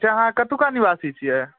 से अहाँ कतुका निवासी छियै